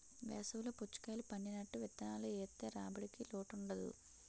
వేసవి లో పుచ్చకాయలు పండినట్టు విత్తనాలు ఏత్తె రాబడికి లోటుండదు